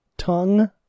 Tongue